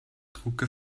drucke